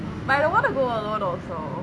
but I don't want to go alone also